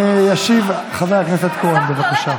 ישיב חבר הכנסת כהן, בבקשה.